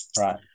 Right